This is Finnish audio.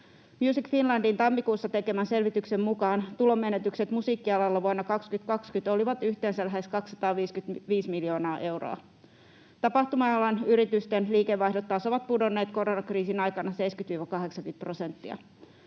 Music Finlandin tammikuussa tekemän selvityksen mukaan tulonmenetykset musiikkialalla vuonna 2020 olivat yhteensä lähes 255 miljoonaa euroa. Tapahtuma-alan yritysten liikevaihdot taas ovat pudonneet koronakriisin aikana 70—80 prosenttia.